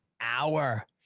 hour